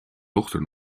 dochter